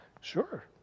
sure